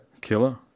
Killer